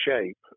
shape